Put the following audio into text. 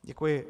Děkuji.